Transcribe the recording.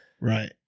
right